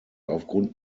aufgrund